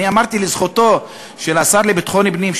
אני אמרתי לזכותו של השר לביטחון הפנים,